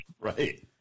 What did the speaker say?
Right